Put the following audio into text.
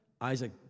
Isaac